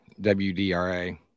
WDRA